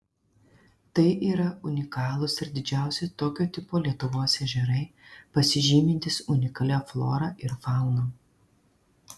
tai yra unikalūs ir didžiausi tokio tipo lietuvos ežerai pasižymintys unikalia flora ir fauna